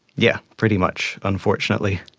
yeah pretty much, unfortunately.